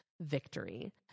victory